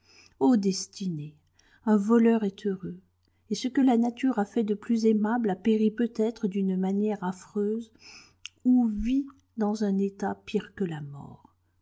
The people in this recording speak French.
destinée un voleur est heureux et ce que la nature a fait de plus aimable a péri peut-être d'une manière affreuse ou vit dans un état pire que la mort